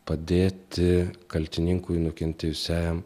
padėti kaltininkui nukentėjusiajam